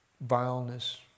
vileness